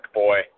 boy